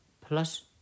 plus